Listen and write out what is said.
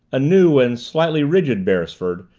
a new and slightly rigid beresford,